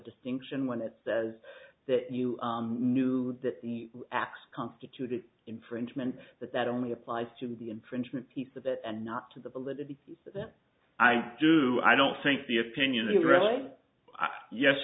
distinction when it says that you knew that the x constituted infringement but that only applies to the infringement piece of it and not to the validity that i do i don't think the opinion is really yes